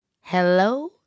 Hello